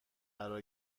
قرار